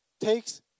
takes